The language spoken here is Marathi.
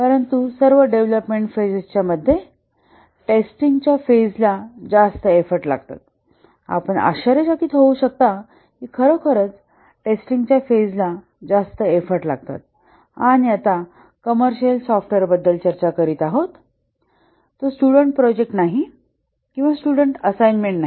परंतु सर्व डेव्हलपमेंट फेजेजच्या मध्ये टेस्टिंगच्या फेजला जास्त एफर्ट लागतात आपण आश्चर्यचकित होऊ शकता की खरोखरच टेस्टिंगच्या फेजला जास्त एफर्ट लागतात आम्ही आता कमर्सियल सॉफ्टवेअर बद्दल चर्चा करीत आहोत तो स्टुडन्ट प्रोजेक्ट नाही किंवा स्टुडन्ट असाईनमेंट नाही